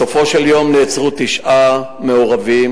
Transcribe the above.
בסופו של יום נעצרו תשעה מעורבים.